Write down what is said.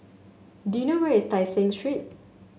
do you know where is Tai Seng Street